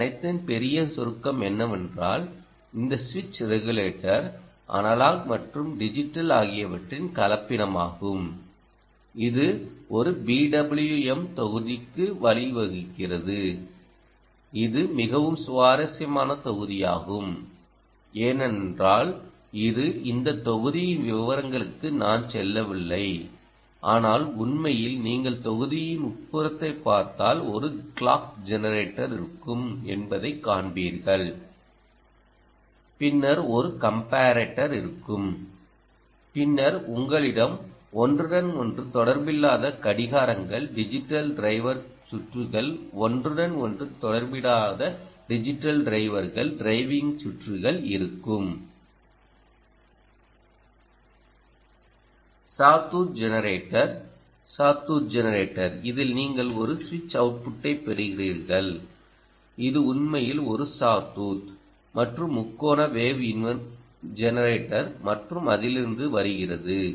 இவை அனைத்தின் பெரிய சுருக்கம் என்னவென்றால் இந்த சுவிட்ச் ரெகுலேட்டர் அனலாக் மற்றும் டிஜிட்டல் ஆகியவற்றின் கலப்பினமாகும் இது ஒரு பி டபிள்யூ எம் தொகுதிக்கு வழிவகுக்கிறது இது மிகவும் சுவாரஸ்யமான தொகுதியாகும் ஏனென்றால் இது இந்த தொகுதியின் விவரங்களுக்கு நான் செல்லவில்லை ஆனால் உண்மையில் நீங்கள் தொகுதியின் உட்புறத்தைப் பார்த்தால் ஒரு க்ளாக் ஜெனரேட்டர் இருக்கும் என்பதைக் காண்பீர்கள் பின்னர் ஒரு கம்பேரட்டர் இருக்கும் பின்னர் உங்களிடம் ஒன்றுடன் ஒன்று தொடர்பில்லாத கடிகாரங்கள் டிஜிட்டல் டிரைவர் சுற்றுகள் ஒன்றுடன் ஒன்று தொடர்பில்லாத டிஜிட்டல் டிரைவர்கள் டிரைவிங் சுற்றுகள் இருக்கும் சாவ்டூத் ஜெனரேட்டர் சாவ்தடூத் ஜெனரேட்டர் இதில் நீங்கள் ஒரு சுவிட்ச் அவுட்புட்ஐ பெறுகிறீர்கள் இது உண்மையில் ஒரு சாவ்டூத் மற்றும் முக்கோண வேவ் ஜெனரேட்டர் மற்றும் அதிலிருந்து வருகிறது